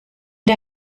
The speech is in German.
der